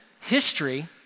history